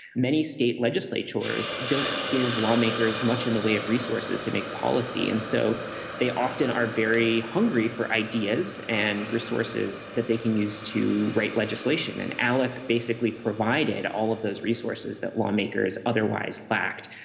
many state legislatures don't give lawmakers much in the way of resources to make policy. and so they often are very hungry for ideas and resources that they can use to write legislation. and alec basically provided all of those resources that lawmakers otherwise lacked.